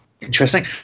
Interesting